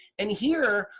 and here,